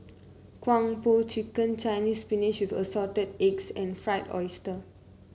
Kung Po Chicken Chinese Spinach with Assorted Eggs and Fried Oyster